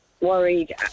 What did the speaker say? worried